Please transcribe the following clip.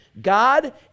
god